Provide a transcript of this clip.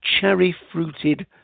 cherry-fruited